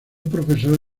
profesor